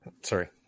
Sorry